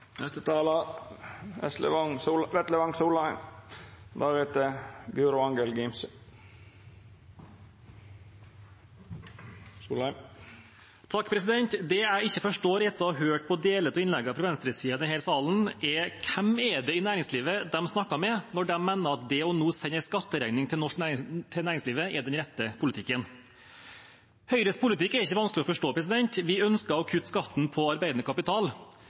Det jeg ikke forstår etter å ha hørt på deler av innleggene fra venstresiden i denne salen, er hvem i næringslivet de snakker med, når de mener at det å sende en skatteregning til næringslivet nå, er den rette politikken. Høyres politikk er ikke vanskelig å forstå. Vi ønsker å kutte skatten på arbeidende kapital.